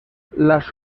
las